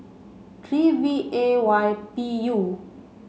three V A Y P U